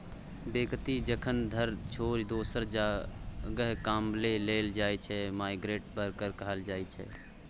बेकती जखन घर छोरि दोसर जगह कमाबै लेल जाइ छै माइग्रेंट बर्कर कहल जाइ छै